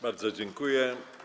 Bardzo dziękuję.